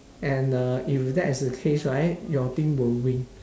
and uh if that is the case right your team will win